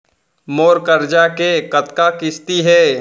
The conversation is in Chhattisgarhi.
मोर करजा के कतका किस्ती हे?